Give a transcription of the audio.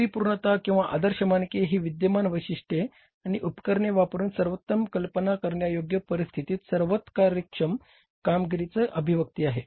परिपूर्णता किंवा आदर्श मानके ही विद्यमान वैशिष्ट्ये आणि उपकरणे वापरुन सर्वोत्तम कल्पना करण्यायोग्य परिस्थितीत सर्वात कार्यक्षम कामगिरीची अभिव्यक्ती आहेत